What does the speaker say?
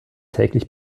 täglich